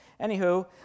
Anywho